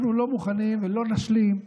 אנחנו לא מוכנים ולא נשלים,